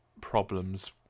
problems